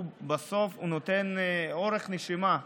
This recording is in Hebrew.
הוא נותן אורך נשימה,